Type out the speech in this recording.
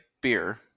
beer